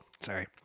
sorry